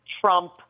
Trump